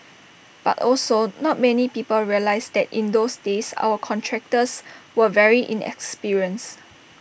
but also not many people realise that in those days our contractors were very inexperienced